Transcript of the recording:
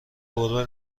گربه